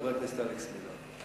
חבר הכנסת אלכס מילר.